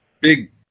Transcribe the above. big